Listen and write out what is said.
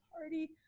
party